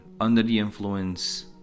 under-the-influence